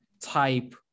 type